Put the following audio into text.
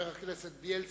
חבר הכנסת בילסקי,